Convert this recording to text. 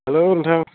हेल' नोंथां